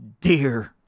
dear